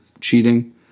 cheating